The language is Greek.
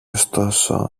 ωστόσο